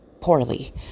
poorly